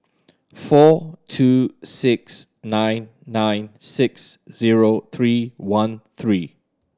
four two six nine nine six zero three one three